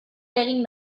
egin